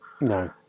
no